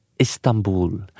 Istanbul